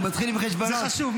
זה חשוב.